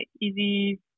easy